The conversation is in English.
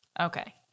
Okay